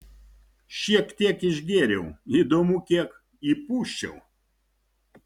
šiek tiek išgėriau įdomu kiek įpūsčiau